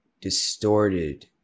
distorted